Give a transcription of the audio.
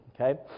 Okay